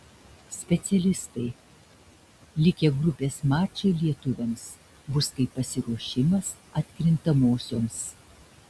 specialistai likę grupės mačai lietuviams bus kaip pasiruošimas atkrintamosioms